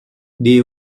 they